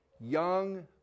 young